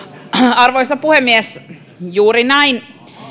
arvoisa puhemies juuri näin